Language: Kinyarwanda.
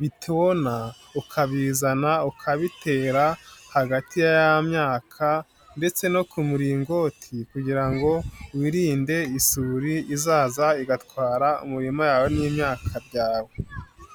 bitonna ukabizana ukabitera hagati ya ya myaka ndetse no kumungoti kugira ngo wirinde isuri izaza igatwara umurima yawe n'imyaka byawe.